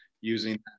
using